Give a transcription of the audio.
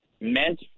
meant